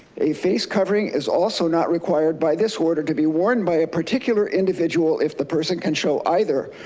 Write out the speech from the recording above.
a face covering is also not required by this order to be worn by a particular individual if the person can show either,